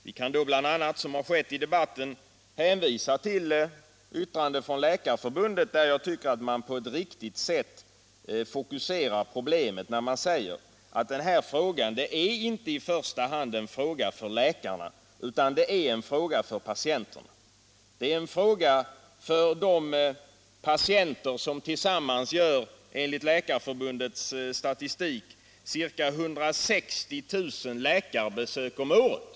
Vi kan, såsom skett i debatten, bl.a. hänvisa till yttrandet från Läkarförbundet, där man på ett riktigt sätt fokuserar problemen när man säger att detta inte är en fråga i första hand för läkarna utan en fråga för de patienter som enligt Läkarförbundets statistik tillsammans gör ca 160 000 läkarbesök om året.